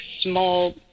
small